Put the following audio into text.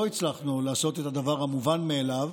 לא הצלחנו לעשות את הדבר המובן מאליו,